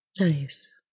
Nice